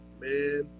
man